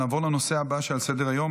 נעבור לנושא הבא שעל סדר-היום,